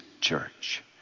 church